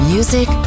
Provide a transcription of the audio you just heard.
Music